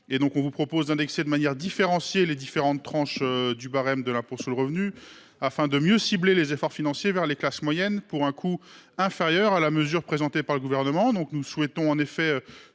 vise donc à indexer de manière différenciée les diverses tranches du barème de l’impôt sur le revenu, afin de mieux cibler les efforts financiers en direction des classes moyennes. Son coût est inférieur à la mesure présentée par le Gouvernement.